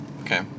Okay